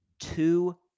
Two